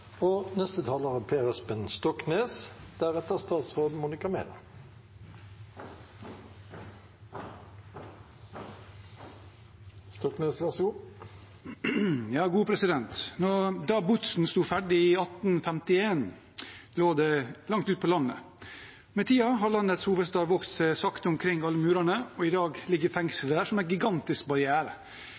Da Botsen sto ferdig i 1851, lå det langt ut på landet. Med tiden har landets hovedstad vokst seg sakte omkring alle murene, og i dag ligger fengslet der som en gigantisk barriere.